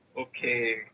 Okay